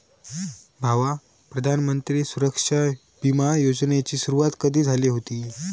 भावा, प्रधानमंत्री सुरक्षा बिमा योजनेची सुरुवात कधी झाली हुती